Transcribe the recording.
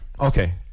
Okay